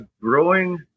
growing